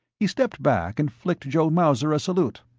he stepped back and flicked joe mauser a salute.